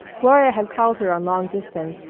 gloria had called her on long-distance,